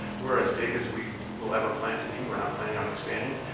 we're as big as we will ever plan to be. we're not planning on expanding.